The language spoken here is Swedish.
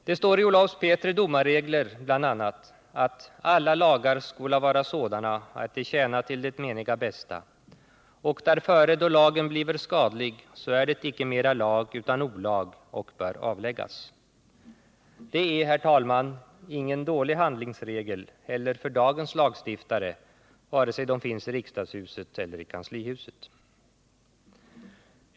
Det står i Olaus Petris domarregler bl.a.: ” Alla lagar skola vara sådana, att de tjäna till det meniga bästa, och därföre då lagen bliver skadlig, så är det icke mera lag, utan olag, och bör avläggas.” Det är, herr talman, ingen dålig handlingsregel heller för dagens lagstiftare, vare sig de finns i riksdagshuset eller i kanslihuset.